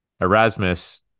Erasmus